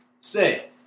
Say